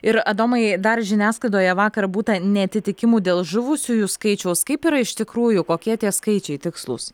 ir adomai dar žiniasklaidoje vakar būta neatitikimų dėl žuvusiųjų skaičiaus kaip yra iš tikrųjų kokie tie skaičiai tikslūs